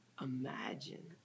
imagine